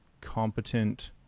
competent